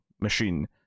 machine